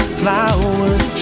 flowers